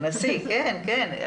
אנחנו